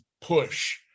push